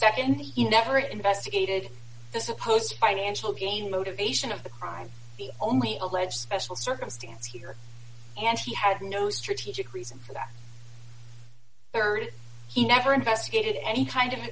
nd he never investigated the supposed financial gain motivation of the crime the only alleged special circumstance here and he had no strategic reason for that rd he never investigated any kind of